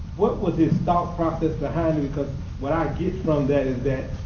what was his thought process behind that? because what i from that is that